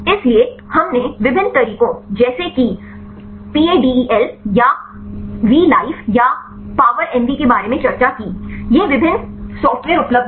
इसलिए हमने विभिन्न तरीकों जैसे कि पैडल या वे लाइफ या पॉवर एम वी के बारे में चर्चा की ये विभिन्न सॉफ्टवेयर उपलब्ध हैं